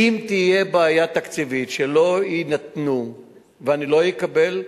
אם תהיה בעיה תקציבית שלא ייתנו ואני לא אקבל,